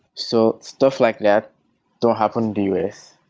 so stuff like that don't happen to us.